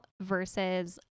versus